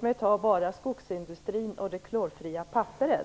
nämligen skogsindustrin och det klorfria papperet.